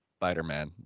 Spider-Man